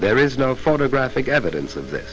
there is no photographic evidence of th